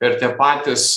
ir tie patys